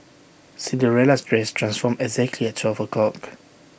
Cinderella's dress transformed exactly at twelve o'clock